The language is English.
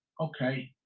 okay